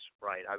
right